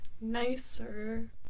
Nicer